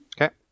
Okay